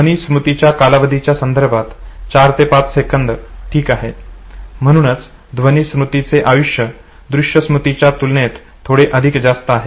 ध्वनी स्मृतीच्या कालावधीच्या संदर्भात चार ते पाच सेकंद ठीक आहे म्हणूनच ध्वनी स्मृतीचे आयुष्य दृश्य स्मुतीच्या तुलनेत थोडे अधिक जास्त आहे